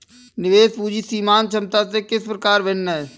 निवेश पूंजी सीमांत क्षमता से किस प्रकार भिन्न है?